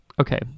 Okay